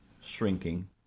shrinking